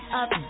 up